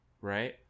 right